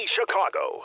Chicago